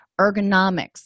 ergonomics